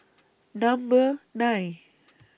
Number nine